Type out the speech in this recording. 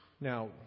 Now